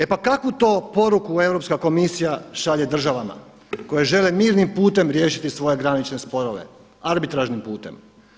E pa kakvu to poruku Europska komisija šalje državama koje žele mirnim putem riješiti svoje granične sporove, arbitražnim putem.